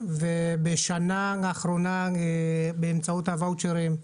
בשנה האחרונה באמצעות הוואצ'רים,